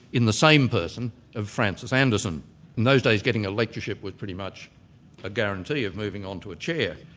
in the same person of francis anderson. in those days, getting a lectureship was pretty much a guarantee of moving on to a chair.